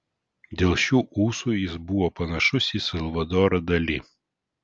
dėl šių ūsų jis buvo panašus į salvadorą dali